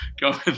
go